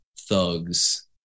thugs